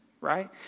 Right